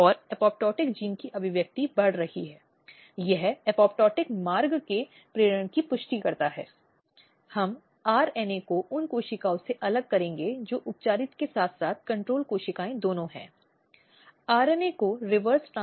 अब हम जानते हैं कि राज्य स्तर पर केंद्रीय स्तर पर सरकारें और संबंधित विभाग होते हैं जैसे कि महिलाओं और बच्चों के मंत्रालय और केंद्रीय स्तर पर या राज्य स्तर पर